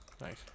Nice